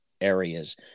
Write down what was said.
areas